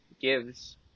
gives